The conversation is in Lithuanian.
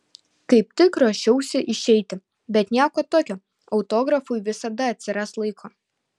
kaip tik ruošiausi išeiti bet nieko tokio autografui visada atsiras laiko